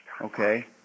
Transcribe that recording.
Okay